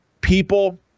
people